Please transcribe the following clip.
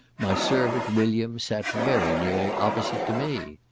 my servant, william, sat very nearly opposite to me.